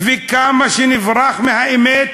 וכמה שנברח מהאמת,